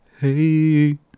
Hey